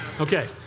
Okay